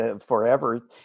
Forever